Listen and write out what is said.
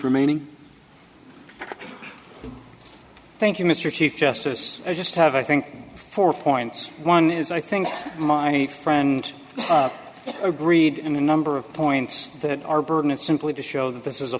remaining no thank you mr chief justice i just have i think four points one is i think my friend agreed in a number of points that our burden is simply to show that this is a